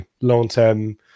long-term